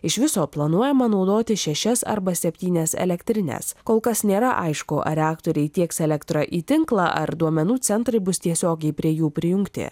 iš viso planuojama naudoti šešias arba septynias elektrines kol kas nėra aišku ar reaktoriai tieks elektrą į tinklą ar duomenų centrai bus tiesiogiai prie jų prijungti